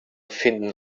finden